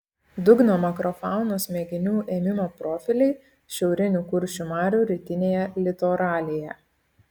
dugno makrofaunos mėginių ėmimo profiliai šiaurinių kuršių marių rytinėje litoralėje